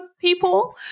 people